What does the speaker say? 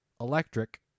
Electric